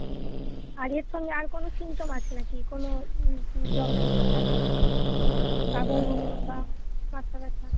হুম আর এর সঙ্গে আর কোনো সিমটম আছে না কি কোনো প্রবলেম হচ্ছে আর কিছু সঙ্গে গা বমি বমি বা মাথা ব্যথা